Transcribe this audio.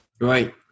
Right